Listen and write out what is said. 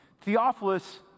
Theophilus